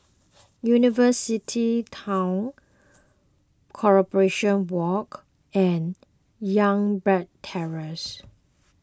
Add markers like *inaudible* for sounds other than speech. *noise* University Town Corporation Walk and Youngberg Terrace